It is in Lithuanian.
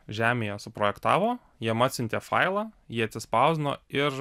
žemėje suprojektavo jam atsiuntė failą jį atsispausdino ir